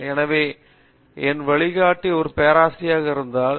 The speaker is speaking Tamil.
எனவே என் வழிகாட்டி ஒரு பேராசிரியராக இருந்தார்